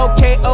Okay